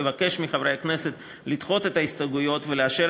אבקש מחברי הכנסת לדחות את ההסתייגויות ולאשר